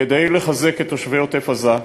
כדי לחזק את תושבי עוטף-עזה,